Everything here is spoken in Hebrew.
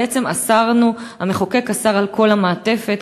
בעצם המחוקק אסר את כל המעטפת,